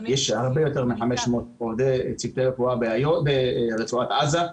יש הרבה יותר מ-500 אנשים בצוותי הרפואה ברצועת עזה.